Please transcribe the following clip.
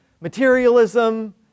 materialism